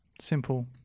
simple